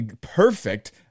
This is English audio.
perfect